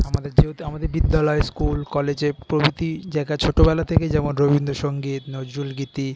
আমাদের যেহেতু আমাদের বিদ্যালয় স্কুল কলেজ প্রভৃতি জায়গায় ছোটবেলা থেকেই যেমন রবীন্দ্রসঙ্গীত নজরুলগীতি